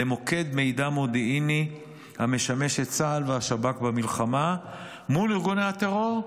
למוקד מידע מודיעיני המשמש את צה"ל והשב"כ במלחמה מול ארגוני הטרור,